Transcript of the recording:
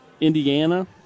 Indiana